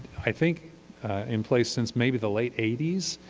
i think in place since maybe the late eighty s.